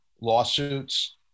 lawsuits